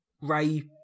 Ray